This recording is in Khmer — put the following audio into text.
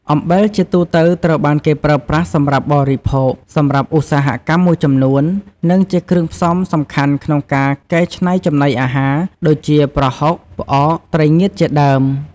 អំបិលជាទូទៅត្រូវបានគេប្រើប្រាស់សម្រាប់បរិភោគ សម្រាប់ឧស្សាហកម្មមួយចំនួន និងជាគ្រឿងផ្សំសំខាន់ក្នុងការកែច្នៃចំណីអាហារ ដូចជា ប្រហុក ផ្អក ត្រីងៀតជាដើម។